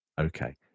Okay